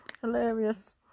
hilarious